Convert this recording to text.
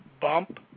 bump